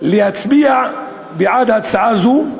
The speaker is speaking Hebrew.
להצביע בעד הצעה זו.